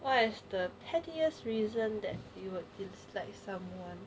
what is the pettiest reason that you would dislike someone